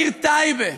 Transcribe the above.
בעיר טייבה,